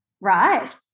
right